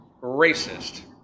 racist